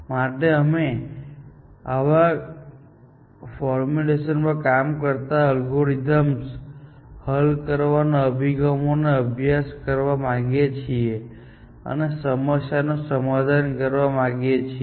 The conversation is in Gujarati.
માટે અમે આવા ફોર્મ્યુલેશન્સ પર કામ કરતા અલ્ગોરિધમ્સને હલ કરવાના અભિગમોનો અભ્યાસ કરવા માંગીએ છીએ અને સમસ્યા નું સમાધાન કરવા માંગીએ છીએ